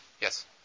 Yes